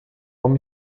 homem